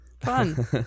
Fun